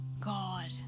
God